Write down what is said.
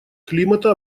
климата